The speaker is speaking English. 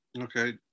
Okay